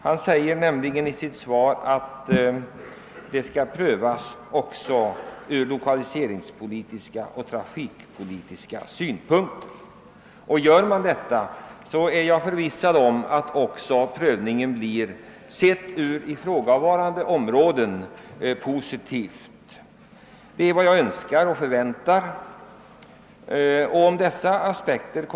Han säger nämligen i sitt svar att frågan skall prövas också ur lokaliseringspolitiska och trafikpolitiska synpunkter. Om så sker är jag förvissad om att denna prövning blir positiv för här ifrågavarande område.